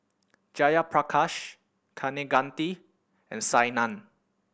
Jayaprakash Kaneganti and Saina